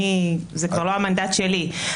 זה כבר לא המנדט שלי.